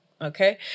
okay